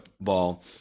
ball